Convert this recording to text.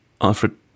Alfred